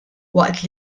waqt